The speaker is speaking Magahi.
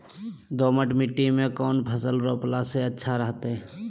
दोमट मिट्टी में कौन फसल रोपला से अच्छा रहतय?